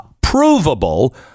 provable